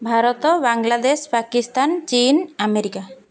ଭାରତ ବାଂଲାଦେଶ ପାକିସ୍ତାନ ଚୀନ ଆମେରିକା